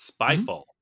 Spyfall